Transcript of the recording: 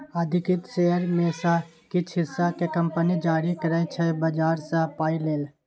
अधिकृत शेयर मे सँ किछ हिस्सा केँ कंपनी जारी करै छै बजार सँ पाइ लेल